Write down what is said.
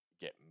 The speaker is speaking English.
get